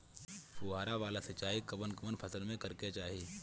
फुहारा वाला सिंचाई कवन कवन फसल में करके चाही?